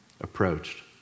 approached